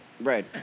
Right